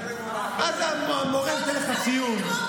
המורה נותן לך ציון.